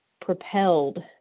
propelled